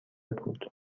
بود